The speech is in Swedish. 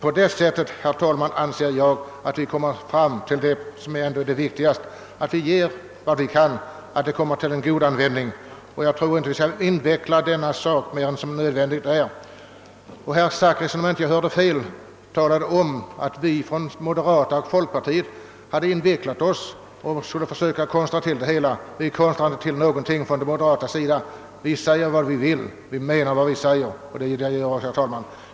Genom att ge till dessa organisationer kan vi uppnå vad jag anser viktigast, nämligen att gåvorna kommer till god användning. Vi bör inte göra denna sak mer invecklad än som är nödvändigt. Om jag inte hörde fel talade herr Zachrisson om att vi från moderata samlingspartiet och folkpartiet hade invecklat oss och konstrat till det hela. Jag vill påstå att vi moderata inte konstrar till någonting. Vi säger vad vi vill, och vi menar vad vi säger.